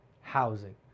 Housing